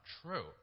true